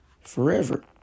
forever